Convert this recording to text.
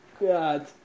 God